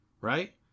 Right